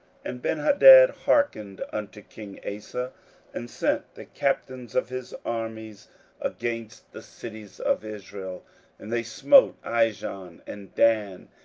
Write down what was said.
and benhadad hearkened unto king asa, and sent the captains of his armies against the cities of israel and they smote ijon, and dan,